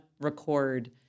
record